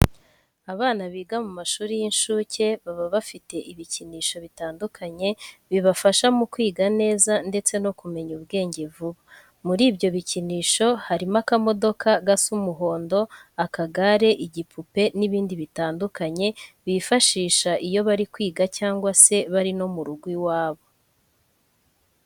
Abana biga mu mashuri y'incuke baba bafite bikinisho bitandukanye bibafasha mu kwiga neza ndetse no kumenya ubwenge vuba. Muri ibyo bikinisho harimo akamodoka gasa umuhondo, akagare, igipupe n'ibindi bitandukanye bifashisha iyo bari kwiga cyangwa se bari no mu rugo iwabo.